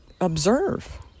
observe